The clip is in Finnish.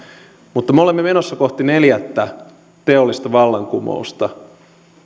mutta me olemme menossa kohti neljättä teollista vallankumousta